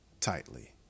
tightly